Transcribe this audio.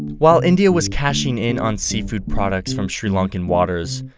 while india was cashing in on seafood products from sri lankan waters,